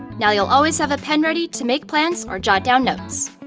now you'll always have a pen ready to make plans or jot down notes.